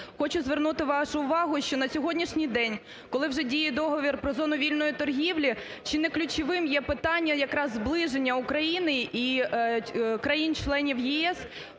Хочу звернути вашу увагу, що на сьогоднішній день, коли вже діє Договір про зону вільної торгівлі, чи не ключовим є питання якраз зближення України і країн-членів ЄС,